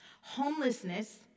Homelessness